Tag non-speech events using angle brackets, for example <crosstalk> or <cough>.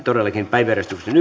päiväjärjestyksen <unintelligible>